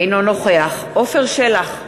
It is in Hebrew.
אינו נוכח עפר שלח,